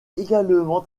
également